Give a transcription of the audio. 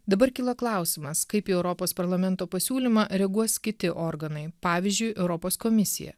dabar kyla klausimas kaip į europos parlamento pasiūlymą reaguos kiti organai pavyzdžiui europos komisija